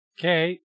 Okay